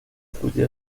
fluye